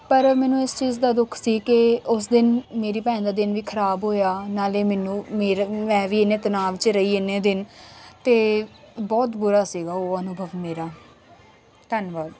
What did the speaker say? ਪਰ ਮੈਨੂੰ ਇਸ ਚੀਜ਼ ਦਾ ਦੁੱਖ ਸੀ ਕਿ ਉਸ ਦਿਨ ਮੇਰੀ ਭੈਣ ਦਾ ਦਿਨ ਵੀ ਖ਼ਰਾਬ ਹੋਇਆ ਨਾਲੇ ਮੈਨੂੰ ਮੇਰਾ ਮੈਂ ਵੀ ਇੰਨੇ ਤਨਾਵ 'ਚ ਰਹੀ ਇੰਨੇ ਦਿਨ ਅਤੇ ਬਹੁਤ ਬੁਰਾ ਸੀਗਾ ਉਹ ਅਨੁਭਵ ਮੇਰਾ ਧੰਨਵਾਦ